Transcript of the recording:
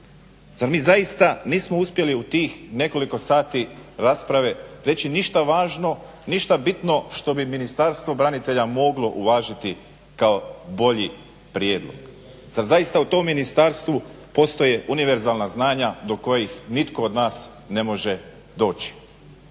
zar mi zaista nismo uspjeli u tih nekoliko sati rasprave reći ništa važno, ništa bitno što bi Ministarstvo branitelja moglo uvažiti kao bolji prijedlog. Zar zaista u tom Ministarstvu postoje univerzalna znanja do kojih nitko od nas ne može doći.